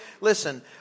listen